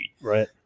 right